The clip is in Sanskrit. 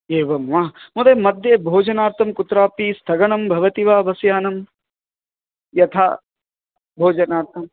एवं वा मोदय मध्ये भोजनार्थं कुत्रापि स्थगनं भवति वा बस्यानं यानं यथा भोजनार्थम्